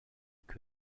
que